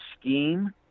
scheme